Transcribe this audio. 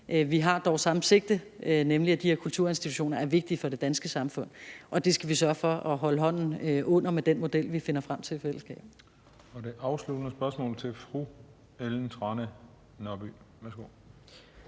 Vi har dog samme sigte, for de her kulturinstitutioner er vigtige for det danske samfund, og dem skal vi sørge for at holde hånden under med den model, vi finder frem til i fællesskab. Kl. 18:24 Den fg. formand (Christian Juhl):